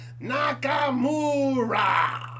Nakamura